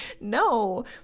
No